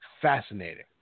fascinating